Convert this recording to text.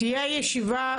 תהיה ישיבה.